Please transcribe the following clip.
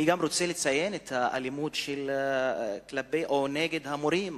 אני גם רוצה לציין את האלימות כלפי המורים,